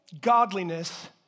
godliness